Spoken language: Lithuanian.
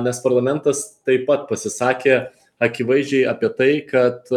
nes parlamentas taip pat pasisakė akivaizdžiai apie tai kad